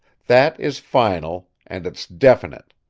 that is final. and it's definite.